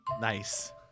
Nice